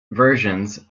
versions